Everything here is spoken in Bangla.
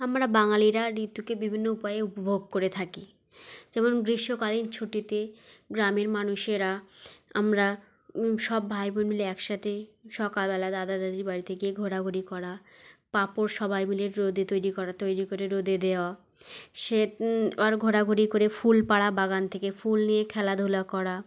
আমরা বাঙালিরা ঋতুকে বিভিন্ন উপায়ে উপভোগ করে থাকি যেমন গ্রীষ্মকালের ছুটিতে গ্রামের মানুষেরা আমরা সব ভাই বোন মিলে এক সাথে সকালবেলা দাদা দাদির বাড়িতে গিয়ে ঘোরাঘুরি করা পাঁপড় সবাই মিলে রোদে তৈরি করা তৈরি করে রোদে দেওয়া সে আর ঘোরাঘুরি করে ফুল পাড়া বাগান থেকে ফুল নিয়ে খেলাধুলা করা